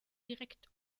direkt